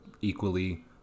equally